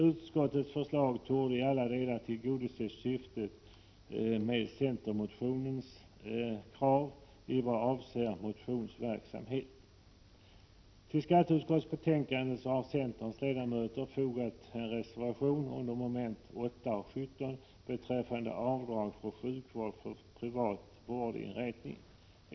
Utskottets förslag torde i alla delar tillgodose syftet med motion Sk9 i vad avser motionsverksamhet.” under mom. 8 och 17 beträffande avdrag för sjukvård på privat vårdinrättning.